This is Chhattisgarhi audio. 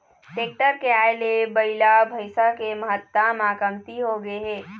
टेक्टर के आए ले बइला, भइसा के महत्ता ह कमती होगे हे